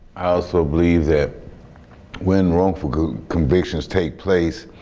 i also believe that when wrongful convictions take place